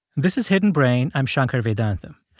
this is hidden brain. i'm shankar vedantam.